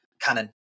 Cannon